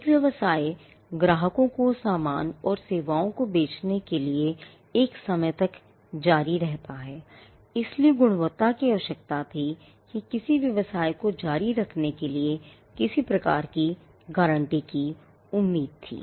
एक व्यवसाय ग्राहकों को सामान और सेवाओं को बेचने के लिए एक समय तक जारी रहता है इसलिए गुणवत्ता की आवश्यकता थी या किसी व्यवसाय को जारी रखने के लिए किसी प्रकार की गारंटी की उम्मीद थी